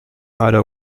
either